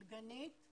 הייתה דגנית אבל